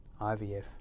IVF